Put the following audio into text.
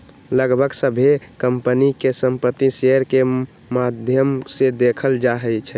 लगभग सभ्भे कम्पनी के संपत्ति शेयर के माद्धम से देखल जाई छई